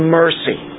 mercy